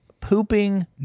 pooping